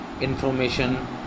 information